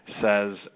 says